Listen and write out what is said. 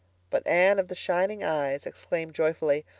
but anne of the shining eyes exclaimed joyfuly,